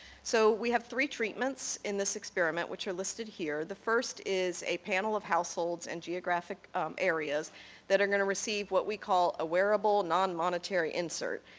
so we have three treatments in this experiment which are listed here. the first is a panel of households and geographic areas that are going to receive what we call a wearable, non monetary insert.